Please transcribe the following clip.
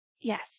Yes